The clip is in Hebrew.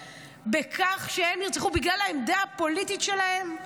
בכך שהם נרצחו בגלל העמדה הפוליטית שלהם?